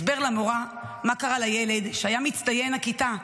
הסבר למורה מה קרה לילד שהיה מצטיין הכיתה,